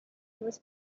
was